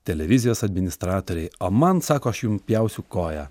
televizijos administratorei o man sako aš jum pjausiu koją